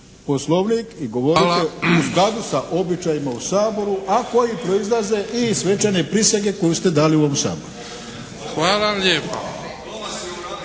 rizik. Hvala vam lijepo.